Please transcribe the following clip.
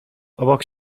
obok